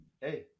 Hey